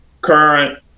current